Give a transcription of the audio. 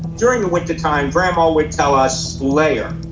during the winter time, grandma would tell us, layer.